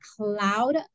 cloud